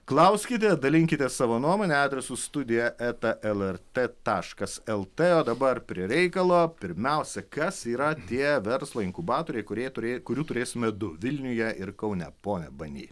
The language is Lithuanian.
klauskite dalinkitės savo nuomone adresu studija eta lrt taškas lt o dabar prie reikalo pirmiausia kas yra tie verslo inkubatoriai kurie turė kurių turėsime du vilniuje ir kaune pone bany